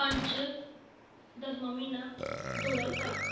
पंज दसमां म्हीना दो ज्हार त्रै